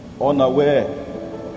unaware